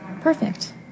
Perfect